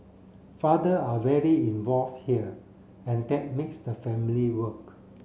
father are very involve here and that makes the family work